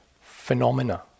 phenomena